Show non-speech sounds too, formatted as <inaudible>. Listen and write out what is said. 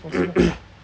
<coughs>